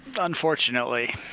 unfortunately